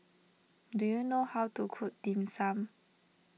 do you know how to cook Dim Sum